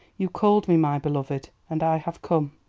you called me, my beloved, and i have come.